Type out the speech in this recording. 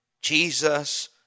Jesus